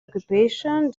occupation